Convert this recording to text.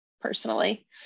personally